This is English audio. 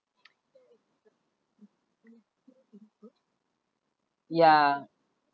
yeah